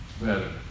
better